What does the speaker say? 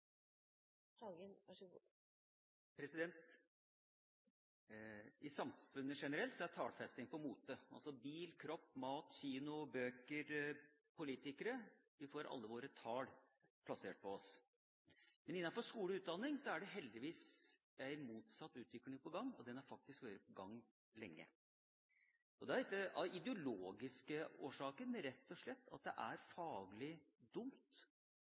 politikere. Vi får alle våre tall plassert på oss. Men innenfor skole og utdanning er det heldigvis en motsatt utvikling på gang, og den har faktisk vært på gang lenge. Da er det ikke av ideologiske årsaker, det er rett og slett at det er faglig dumt